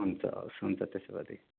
हुन्छ हवस् हुन्छ त्यसो भएदेखि